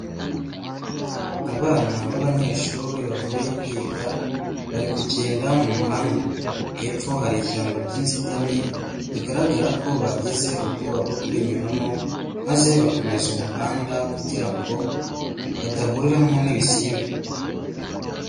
Abana b'abanyeshuri bavuye kwiga, bari kugenda mu muhanda, hepfo hari ishyamba ry'inzitane, rigaragara ko bagize ubwoba bwo kurinyuramo, maze bakomeza umuhanda kugira ngo badahuriramo n'ibisimba.